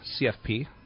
CFP